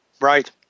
Right